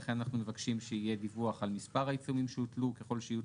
לכן אנחנו מבקשים שיהיה דיווח על מספר העיצומים שהוטלו שככל שיוטלו,